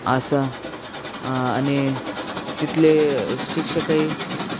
असं आणि तिथले शिक्षकही